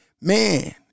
man